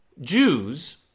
jews